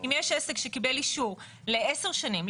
אם יש עסק שקיבל אישור ל-10 שנים,